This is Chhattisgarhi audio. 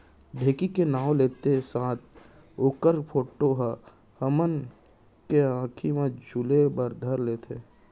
ढेंकी के नाव लेत्ते साथ ओकर फोटो ह हमन के आंखी म झूले बर घर लेथे